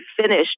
finished